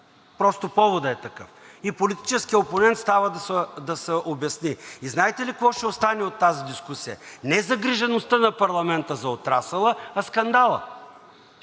просто поводът е такъв. И политическият опонент става да се обясни. И знаете ли какво ще остане от тази дискусия? Не загрижеността на парламента за отрасъла, а скандалът.